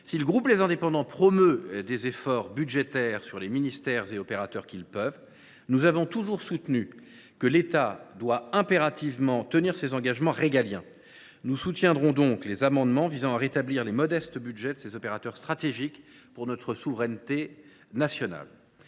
République et Territoires promeut des efforts budgétaires dans les ministères et chez les opérateurs qui le peuvent, il a toujours soutenu que l’État doit impérativement tenir ses engagements régaliens. Nous soutiendrons donc les amendements visant à rétablir les modestes budgets de ces opérateurs stratégiques pour notre souveraineté nationale.